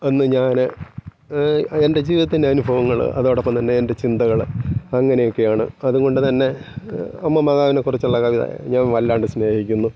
അന്ന് ഞാന് എൻ്റെ ജീവിതത്തിൻ്റെ അനുഭവങ്ങള് അതോടൊപ്പം തന്നെ എൻ്റെ ചിന്തകള് അങ്ങനെ ഒക്കെയാണ് അതുകൊണ്ടു തന്നെ അമ്മ മാതാവിനെ കുറിച്ചുള്ള കവിത ഞാൻ വല്ലാണ്ട് സ്നേഹിക്കുന്നു